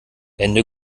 ende